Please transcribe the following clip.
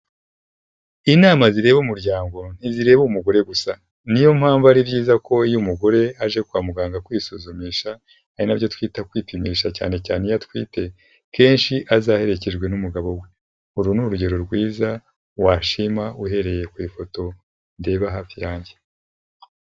Inama zireba umuryango ntizireba umugore gusa, niyo mpamvu ari byiza ko iyo umugore aje kwa muganga kwisuzumisha ari nabyo twita kwipimisha cyane cyane iyo atwite, kenshi azaherekejwe n'umugabo we, uru ni urugero rwiza washima uhereye ku ifoto ndeba hafi yanjye.